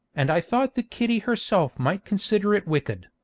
and i thought that kitty herself might consider it wicked.